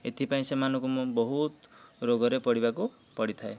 ଏଥିପାଇଁ ସେମାନଙ୍କୁ ମୁଁ ବହୁତ ରୋଗରେ ପଡ଼ିବାକୁ ପଡ଼ିଥାଏ